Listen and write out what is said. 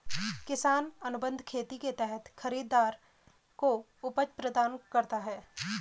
किसान अनुबंध खेती के तहत खरीदार को उपज प्रदान करता है